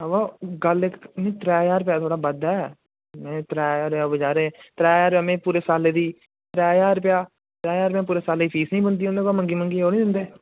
अवा गल्ल इकह करनी त्रै ज्हार रपेया थोड़ा बद्ध ऐ नेईं त्रै ज्हार रपेया मैं पूरे सालै दी त्रै ज्हार रपेया मैं साले दी फीस नी बनदी उंदे कोला मंगी मंगिये ओह् नी दिंदे